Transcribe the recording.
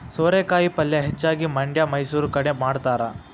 ಸೋರೆಕಾಯಿ ಪಲ್ಯೆ ಹೆಚ್ಚಾಗಿ ಮಂಡ್ಯಾ ಮೈಸೂರು ಕಡೆ ಮಾಡತಾರ